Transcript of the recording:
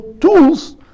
tools